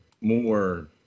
more